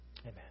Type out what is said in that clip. Amen